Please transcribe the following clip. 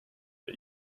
but